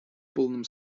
полном